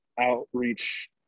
outreach